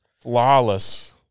Flawless